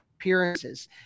appearances